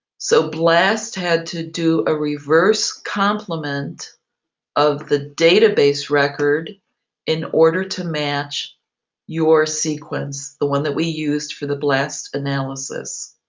so blast had to do a reverse complement of the data base record in order to match your sequence, the one that we used for the blast analysis.